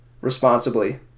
responsibly